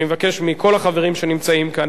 אני מבקש מכל החברים שנמצאים כאן,